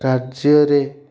କାର୍ଯ୍ୟରେ